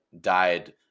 died